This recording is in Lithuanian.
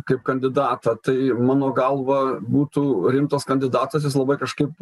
kaip kandidatą tai mano galva būtų rimtas kandidatas jis labai kažkaip